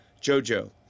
JoJo